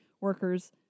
workers